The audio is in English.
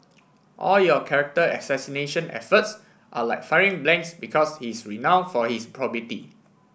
all your character assassination efforts are like firing blanks because he is renown for his probity